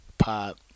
pop